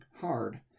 hard